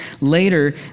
later